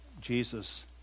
Jesus